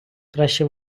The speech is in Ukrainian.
краще